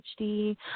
HD